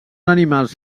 animals